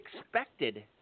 expected